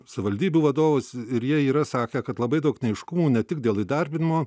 savivaldybių vadovus ir jie yra sakę kad labai daug neaiškumų ne tik dėl įdarbinimo